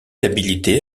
habilité